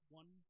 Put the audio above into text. one